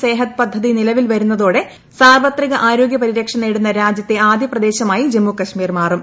സേഹത് പദ്ധതി നിലവിൽ വരൂന്നുതോടെ സാർവത്രിക ആരോഗ്യ പരിരക്ഷ നേടുന്ന രാജ്യത്തെ ആദ്യ പ്ലദേശമായി ജമ്മുകശ്മീർ മാറും